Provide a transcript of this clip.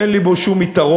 אין לי בו שום יתרון.